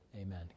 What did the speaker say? Amen